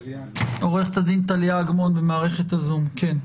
עו"ד טליה אגמון במערכת זום, בבקשה.